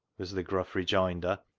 was the gruff rejoinder.